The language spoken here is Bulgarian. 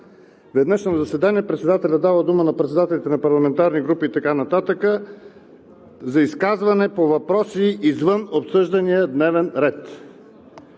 Веднъж на заседание председателят дава дума на председателите на парламентарни групи и така нататък за изказване по въпроси извън обсъждания дневен ред.